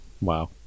Wow